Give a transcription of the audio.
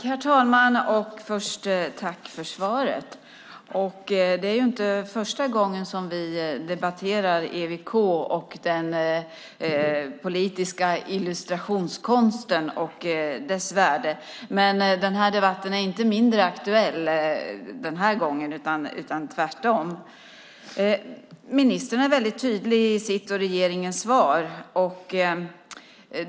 Herr talman! Jag tackar först för svaret. Det är inte första gången som vi debatterar ett EWK-museum och den politiska illustrationskonsten och dess värde. Men denna debatt är inte mindre aktuell denna gång, tvärtom. Ministern är tydlig i sitt och regeringens svar.